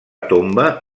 tomba